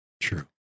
true